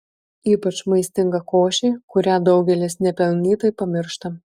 ypač maistinga košė kurią daugelis nepelnytai pamiršta